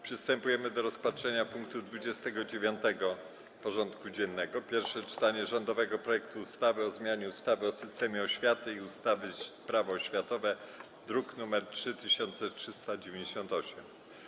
Przystępujemy do rozpatrzenia punktu 29. porządku dziennego: Pierwsze czytanie rządowego projektu ustawy o zmianie ustawy o systemie oświaty i ustawy Prawo oświatowe (druk nr 3398)